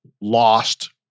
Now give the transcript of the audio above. lost